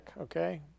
okay